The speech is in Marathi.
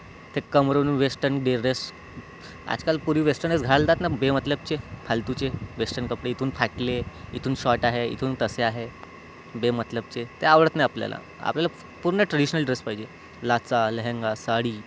ते कमरेवरून वेस्टर्न डेस ड्रेस आजकाल पोरी वेस्टर्नच घालतात न बेमतलबचे फालतूचे वेस्टर्न कपडे इथून फाटले इथून शॉर्ट आहे इथून तस्से आहे बेमतलबचे ते आवडत नाही आपल्याला आपल्याला पूर्ण ट्रॅडिशनल ड्रेस पाहिजे लाचा लेहेंगा साडी